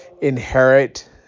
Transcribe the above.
inherit